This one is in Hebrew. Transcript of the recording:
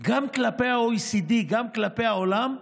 גם כלפי ה-OECD, גם כלפי העולם.